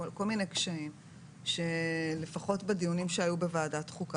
ילדים עם כל מיני קשיים שלפחות בדיונים שהיו בוועדת חוקה